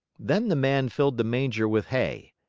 then the man filled the manger with hay.